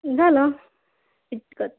झालं इतकंच